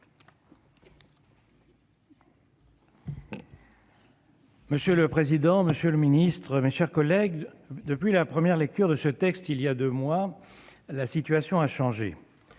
Monsieur le président, monsieur le secrétaire d'État, mes chers collègues, depuis la première lecture de ce texte, il y a deux mois, la situation a changé.